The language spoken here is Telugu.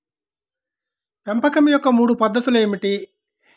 పెంపకం యొక్క మూడు పద్ధతులు ఏమిటీ?